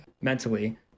mentally